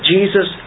Jesus